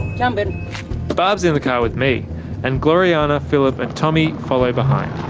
yeah but but in the car with me and gloriana, phillip and tommy follow behind.